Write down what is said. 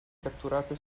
catturate